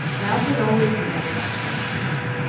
ralph has always depended on his instincts.